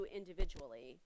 individually